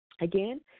Again